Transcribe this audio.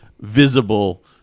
visible